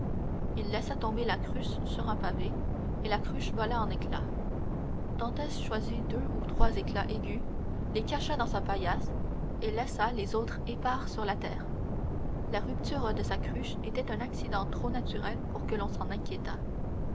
il laissa tomber la cruche sur un pavé et la cruche vola en éclats dantès choisit deux ou trois éclats aigus les cacha dans sa paillasse et laissa les autres épars sur la terre la rupture de sa cruche était un accident trop naturel pour que l'on s'en inquiétât